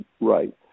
right